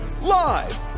live